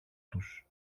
τους